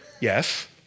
Yes